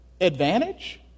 Advantage